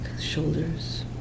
shoulders